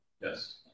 Yes